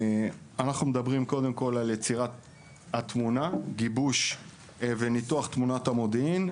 אנחנו מדברים קודם כול על יצירת התמונה: גיבוש וניתוח תמונת המודיעין,